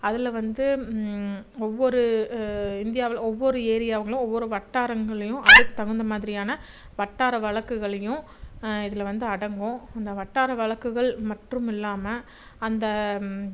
அதில் வந்து ஒவ்வொரு இந்தியாவில் ஒவ்வொரு ஏரியாங்களும் ஒவ்வொரு வட்டாரங்களையும் அதுக்கு தகுந்த மாதிரியான வட்டார வழக்குகளையும் இதில் வந்து அடங்கும் அந்த வட்டார வழக்குகள் மற்றும் இல்லாமல் அந்த